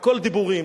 הכול דיבורים.